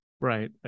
Right